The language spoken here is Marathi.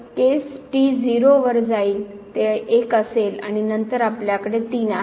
तर केस t 0 वर जाईल ते 1 असेल आणि नंतर आपल्याकडे 3 आहेत